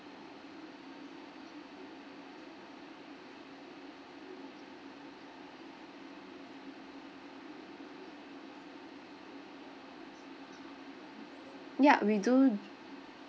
ya we do